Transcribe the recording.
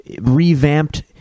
revamped